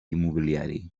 immobiliari